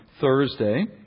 Thursday